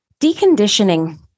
deconditioning